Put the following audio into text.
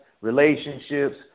relationships